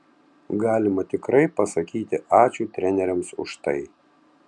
galima tikrai pasakyti ačiū treneriams už tai